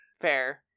Fair